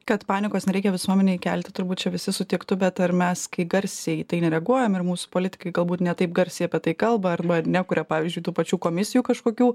kad panikos nereikia visuomenėj kelti turbūt čia visi sutiktų bet ar mes kai garsiai į tai nereaguojam ir mūsų politikai galbūt ne taip garsiai apie tai kalba arba nekuria pavyzdžiui tų pačių komisijų kažkokių